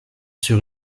sur